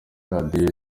radiyo